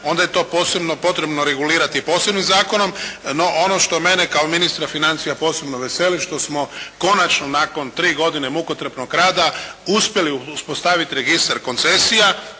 onda je to posebno potrebno regulirati posebnim zakonom. No ono što mene kao ministra financija posebno veseli što smo konačno nakon 3 godine mukotrpnog rada uspjeli uspostaviti registar koncesija